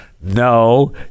no